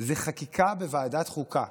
זו חקיקה בוועדת החוקה.